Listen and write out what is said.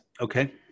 Okay